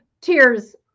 tears